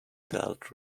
dealt